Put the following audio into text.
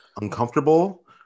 uncomfortable